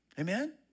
Amen